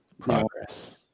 progress